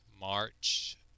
March